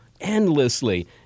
endlessly